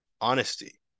honesty